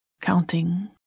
counting